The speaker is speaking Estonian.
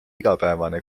igapäevane